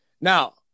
Now